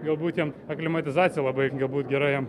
galbūt jiem aklimatizacija labai galbūt gerai jiem